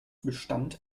bestand